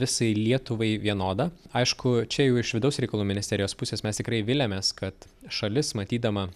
visai lietuvai vienodą aišku čia jau iš vidaus reikalų ministerijos pusės mes tikrai viliamės kad šalis matydama